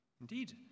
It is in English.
indeed